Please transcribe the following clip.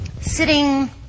Sitting